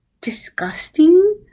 disgusting